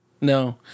No